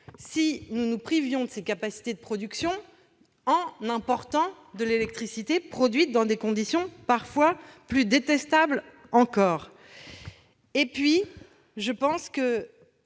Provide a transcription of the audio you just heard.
si nous nous privions de ces capacités de production, pour importer de l'électricité produite dans des conditions parfois plus détestables encore ! Par ailleurs, nous